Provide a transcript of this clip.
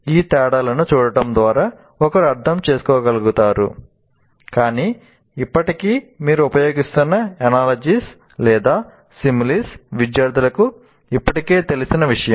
ఈ తేడాలను చూడటం ద్వారా ఒకరు అర్థం చేసుకోగలుగుతారు కాని ఇప్పటికీ మీరు ఉపయోగిస్తున్న అనాలజీస్ విద్యార్థులకు ఇప్పటికే తెలిసిన విషయం